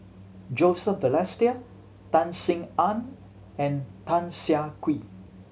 Joseph Balestier Tan Sin Aun and Tan Siah Kwee